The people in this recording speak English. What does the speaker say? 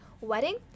wedding